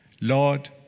Lord